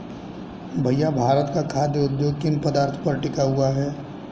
भैया भारत का खाघ उद्योग किन पदार्थ पर टिका हुआ है?